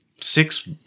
six